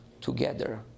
together